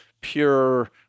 pure